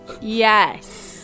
Yes